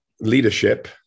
leadership